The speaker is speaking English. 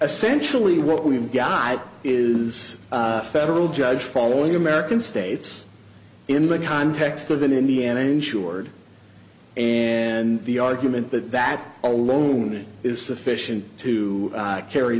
essentially what we've got is a federal judge following american states in the context of an indiana ensured and the argument but that alone is sufficient to carry